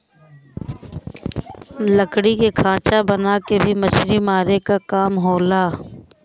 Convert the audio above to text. लकड़ी के खांचा बना के भी मछरी मारे क काम होला